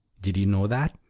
did you know that?